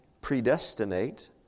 predestinate